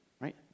Right